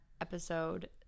episode